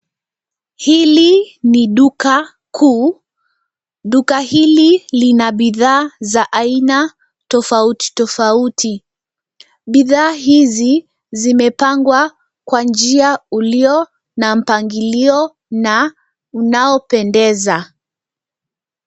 Hili ni duka kuu. Duka hili lina bidhaa za aina tofauti tofauti. Bidhaa hizi zimepangwa kwa njia uliyo na mpangilio na unaopendeza.